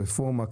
רפורמה.